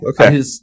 Okay